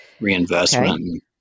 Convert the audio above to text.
reinvestment